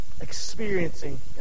experiencing